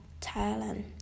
Thailand